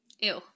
Ew